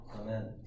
Amen